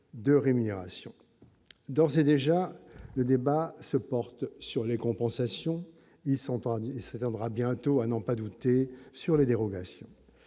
de rémunération d'ores et déjà, le débat se porte sur les compensations, ils sont en effet bientôt à n'en pas douter sur les dérogations